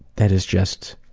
that is just.